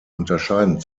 unterscheiden